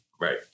right